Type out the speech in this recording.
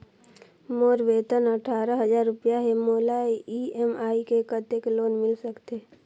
मोर वेतन अट्ठारह हजार रुपिया हे मोला ई.एम.आई मे कतेक लोन मिल सकथे?